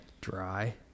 dry